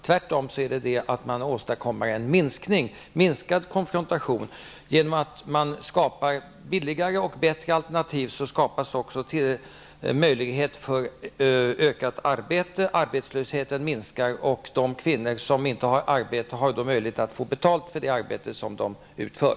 Tvärtom åstadkoms en minskad konfrontation genom att billigare och bättre alternativ skapas, antalet arbetstillfällen ökar, arbetslösheten minskar, och de kvinnor som inte har arbete får möjlighet att få betalt för det arbete de utför.